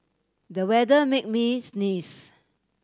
the weather made me sneeze